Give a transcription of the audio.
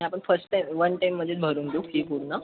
आपण first time one टाइममध्येच भरून देऊ फी पूर्ण